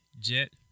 Jet